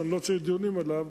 שאני לא צריך דיונים עליו,